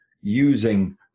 using